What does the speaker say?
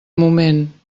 moment